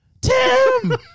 Tim